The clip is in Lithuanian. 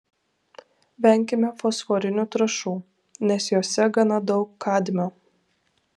venkime fosforinių trąšų nes jose gana daug kadmio